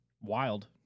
wild